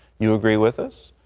you agree with us,